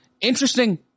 Interesting